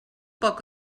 poc